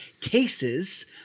cases